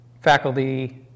faculty